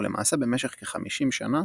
ולמעשה במשך כ-50 שנה,